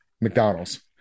McDonald's